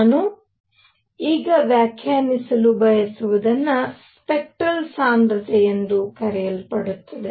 ನಾನು ಈಗ ವ್ಯಾಖ್ಯಾನಿಸಲು ಬಯಸುವುದನ್ನು ಸ್ಪೆಕ್ಟರಲ್ ಸಾಂದ್ರತೆ ಎಂದು ಕರೆಯಲ್ಪಡುತ್ತದೆ